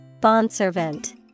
Bondservant